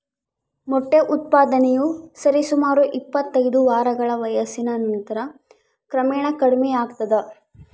ಮೊಟ್ಟೆ ಉತ್ಪಾದನೆಯು ಸರಿಸುಮಾರು ಇಪ್ಪತ್ತೈದು ವಾರಗಳ ವಯಸ್ಸಿನ ನಂತರ ಕ್ರಮೇಣ ಕಡಿಮೆಯಾಗ್ತದ